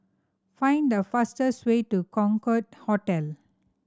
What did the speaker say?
find the fastest way to Concorde Hotel